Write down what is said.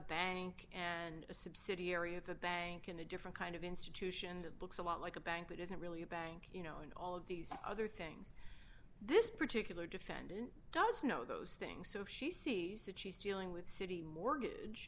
bank and a subsidiary of a bank in a different kind of institution that looks a lot like a bank that isn't really a bank you know and all of these other things this particular defendant does know those things so she sees the cheese dealing with citi mortgage